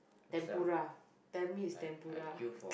tempura tell me it's tempura